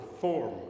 form